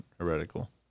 heretical